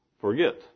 forget